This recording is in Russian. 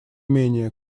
менее